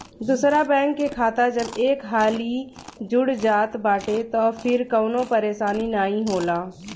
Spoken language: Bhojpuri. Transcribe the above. दूसरा बैंक के खाता जब एक हाली जुड़ जात बाटे तअ फिर कवनो परेशानी नाइ होला